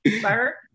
sir